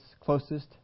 closest